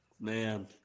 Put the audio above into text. Man